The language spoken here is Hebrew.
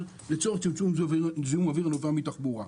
לצורך צמצום זיהום אוויר הנובע מתחבורה.